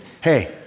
hey